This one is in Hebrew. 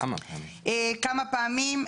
כמה פעמים.